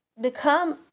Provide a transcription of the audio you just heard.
become